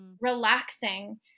relaxing